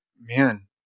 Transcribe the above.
man